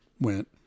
went